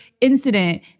incident